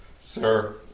sir